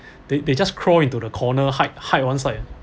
they they just crawl into the corner hide hide one side